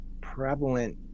prevalent